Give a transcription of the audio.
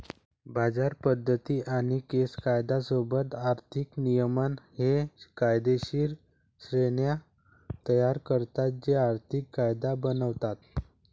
बाजार पद्धती आणि केस कायदा सोबत आर्थिक नियमन हे कायदेशीर श्रेण्या तयार करतात जे आर्थिक कायदा बनवतात